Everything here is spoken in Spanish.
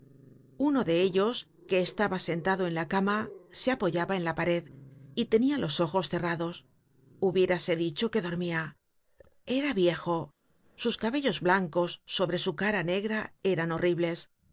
uno de ellos que estaba sentado en la cama se apoyaba en la pared y tenia los ojos cerrados hubiérase dicho que dormia era viejo sus cabellos blancos sobre su cara negra eran horribles